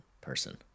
person